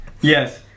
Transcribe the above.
Yes